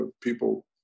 people